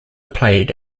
played